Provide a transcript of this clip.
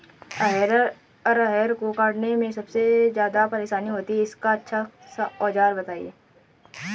अरहर को काटने में सबसे ज्यादा परेशानी होती है इसका अच्छा सा औजार बताएं?